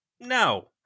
no